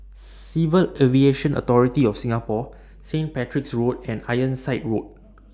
Civil Aviation Authority of Singapore Saint Patrick's Road and Ironside Road